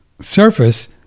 surface